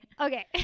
Okay